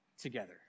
together